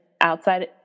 outside